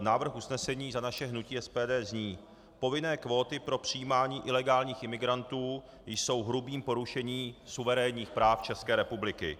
Návrh usnesení za naše hnutí SPD zní: Povinné kvóty pro přijímání ilegálních imigrantů jsou hrubým porušením suverénních práv České republiky.